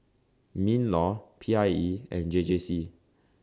MINLAW P I E and J J C